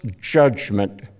judgment